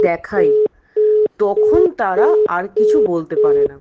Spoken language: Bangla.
দেখাই তখন তারা আর কিছু বলতে পারে না